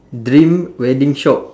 dream wedding shop